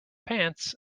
pants